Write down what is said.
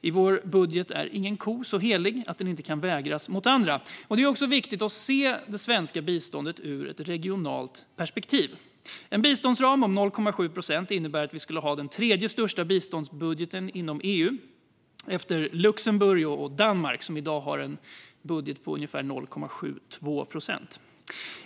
I vår budget är ingen ko så helig att den inte kan vägas mot andra, och det är också viktigt att se det svenska biståndet ur ett regionalt perspektiv. En biståndsram om 0,7 procent innebär att vi skulle ha den tredje största biståndsbudgeten i EU, efter Luxemburg och Danmark, som i dag har en budget på 0,72 procent.